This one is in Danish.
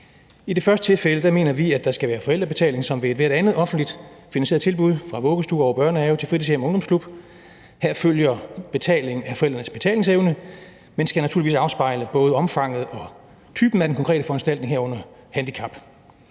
I det første tilfælde mener vi, at der skal være forældrebetaling som ved ethvert andet offentligt finansieret tilbud, fra vuggestue og børnehave til fritidshjem og ungdomsklub. Her følger betalingen af forældrenes betalingsevne, men skal naturligvis afspejle både omfanget og typen af den konkrete foranstaltning, herunder handicap.